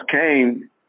came